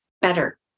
better